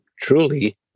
truly